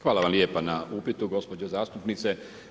Hvala vam lijepa na upitu gospođo zastupnice.